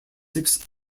six